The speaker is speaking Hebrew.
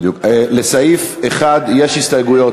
לסעיף 1 יש הסתייגויות.